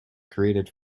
created